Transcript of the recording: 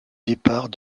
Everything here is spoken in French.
départ